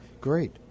great